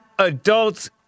Adults